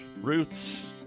roots